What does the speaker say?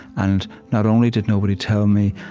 and not only did nobody tell me,